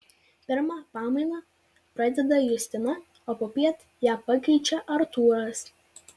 pirmą pamainą pradeda justina o popiet ją pakeičia artūras